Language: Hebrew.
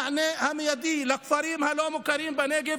ולכן המענה המיידי לכפרים הלא-מוכרים בנגב